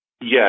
Yes